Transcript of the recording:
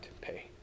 pay